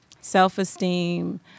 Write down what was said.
self-esteem